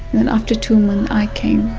then after two month i came.